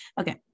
Okay